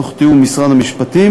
תוך תיאום עם משרד המשפטים